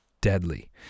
deadly